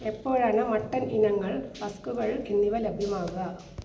എപ്പോഴാണ് മട്ടൺ ഇനങ്ങൾ ഫ്ളസ്കുകൾ എന്നിവ ലഭ്യമാവുക